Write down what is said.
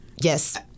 Yes